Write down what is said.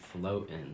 floating